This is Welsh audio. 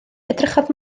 edrychodd